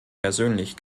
persönlich